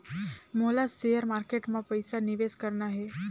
मोला share market मां पइसा निवेश करना हे?